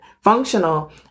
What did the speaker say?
functional